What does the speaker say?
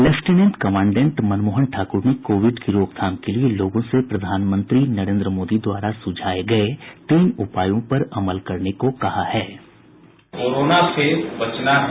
lieutenant commandant Manmohan Thakur ने Covid की रोकथाम के लिये लोगों से प्रधानमंत्री नरेन्द्र मोदी द्वारा सुझाये गये तीन उपायों पर अमल करने की अपील की है